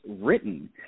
written